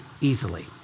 easily